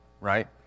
right